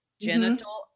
genital